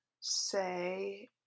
say